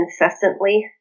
incessantly